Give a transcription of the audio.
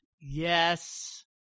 Yes